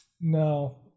no